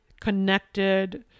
connected